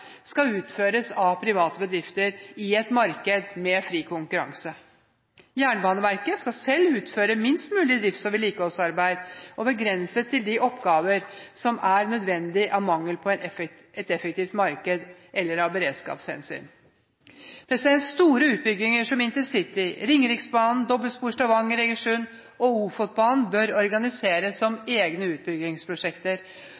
skal utføres av private bedrifter i et marked med fri konkurranse. Jernbaneverket skal selv utføre minst mulig drifts- og vedlikeholdsarbeid, begrenset til de oppgavene som er nødvendige av mangel på et effektivt marked, eller av beredskapshensyn. Store utbygginger som InterCity, Ringeriksbanen, dobbeltspor Stavanger–Egersund og Ofotbanen bør organiseres